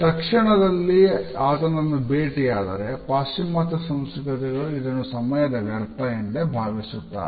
ತಕ್ಷಣದಲ್ಲಿ ಆತನನ್ನು ಭೇಟಿಯಾದರೆ ಪಾಶ್ಚಿಮಾತ್ಯ ಸಂಸ್ಕೃತಿಗಳು ಇದನ್ನು ಸಮಯದ ವ್ಯರ್ಥ ಎಂದೇ ಭಾವಿಸುತ್ತಾರೆ